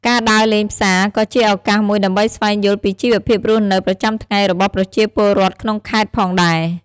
ការដើរលេងផ្សារក៏ជាឱកាសមួយដើម្បីស្វែងយល់ពីជីវភាពរស់នៅប្រចាំថ្ងៃរបស់ប្រជាពលរដ្ឋក្នុងខេត្តផងដែរ។